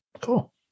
Cool